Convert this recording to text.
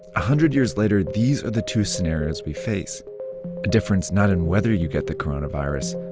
hundred years later, these are the two scenarios we face. a difference not in whether you get the coronavirus,